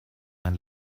man